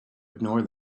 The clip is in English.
ignore